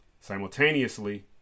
Simultaneously